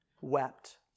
wept